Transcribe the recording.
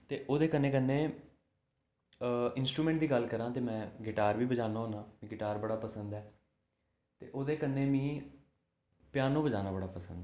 ते ओह्दे कन्नै कन्नै इंसट्रूमैंट दी गल्ल करां ते मैं गिटार बी बजानां होन्नां गिटार बड़ा पसंद ऐ ते ओह्दे कन्नै मिं प्यानो बजाना बड़ा पसंद ऐ